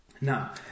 Now